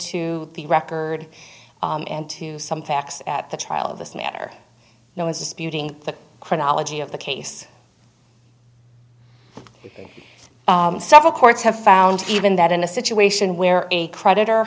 to the record and to some facts at the trial of this matter now is disputing the chronology of the case several courts have found even that in a situation where a creditor